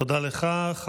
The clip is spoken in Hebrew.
תודה לך.